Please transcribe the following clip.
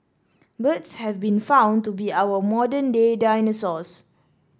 birds have been found to be our modern day dinosaurs